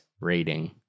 rating